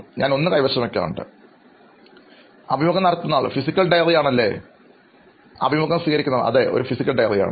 ഞാൻ ഒന്ന് കൈവശം വയ്ക്കാറുണ്ട് അഭിമുഖം നടത്തുന്നയാൾ ഫിസിക്കൽ ഡയറി ആണല്ലേ അഭിമുഖം സ്വീകരിക്കുന്നയാൾ അതെ ഒരു ഫിസിക്കൽ ഡയറിയാണ്